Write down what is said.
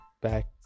back